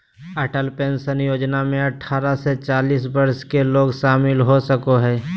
Atal pension Yojana में अठारह से चालीस वर्ष के लोग शामिल हो सको हइ